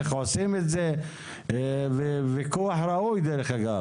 דרך אגב, ויכוח ראוי.